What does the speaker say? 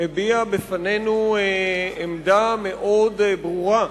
הביע בפנינו עמדה מאוד ברורה.